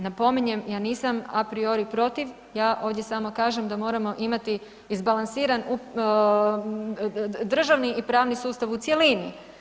Napominjem, ja nisam a priori protiv, ja ovdje samo kažem da moramo imati izbalansiran državni i pravni sustav u cjelini.